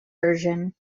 version